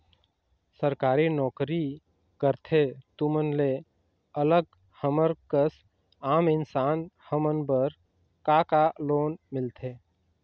सरकारी नोकरी करथे तुमन ले अलग हमर कस आम इंसान हमन बर का का लोन मिलथे?